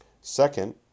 Second